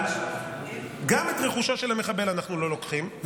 אבל גם את רכושו של המחבל אנחנו לא לוקחים,